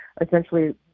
essentially